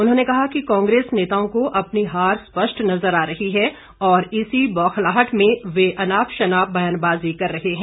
उन्होंने कहा कि कांग्रेस नेताओं को अपनी हार स्पष्ट नजर आ रही है और इसी बौखलाहट में वे अनाप शनाप व्यानबाजी कर रहे हैं